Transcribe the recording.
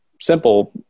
Simple